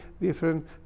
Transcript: different